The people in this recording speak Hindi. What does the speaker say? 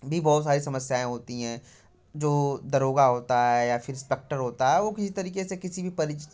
भी बहुत सारी समस्याएं होती है जो दरोगा होता है या फिर इंस्पेक्टर होता है वो किसी तरीके से किसी भी